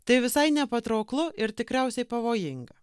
tai visai nepatrauklu ir tikriausiai pavojinga